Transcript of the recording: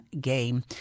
game